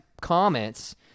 comments